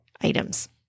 items